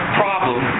problem